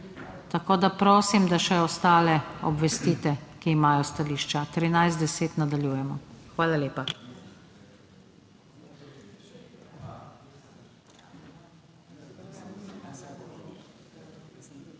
Tako da prosim, da še ostale obvestite, ki imajo stališča. 13.10 nadaljujemo. (Seja je bila